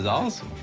awesome.